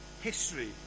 history